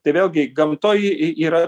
tai vėlgi gamtoj yra